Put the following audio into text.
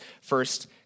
first